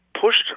pushed